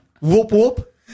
whoop-whoop